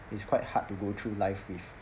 it's quite hard to go through life with